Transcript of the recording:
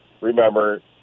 remember